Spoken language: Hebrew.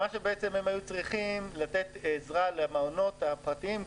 הם היו צריכים לתת עזרה למעונות הפרטיים.